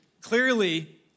clearly